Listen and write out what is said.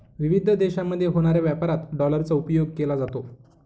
विविध देशांमध्ये होणाऱ्या व्यापारात डॉलरचा उपयोग केला जातो